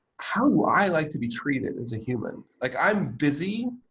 how do i like to be treated as a human? like i'm busy.